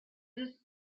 ist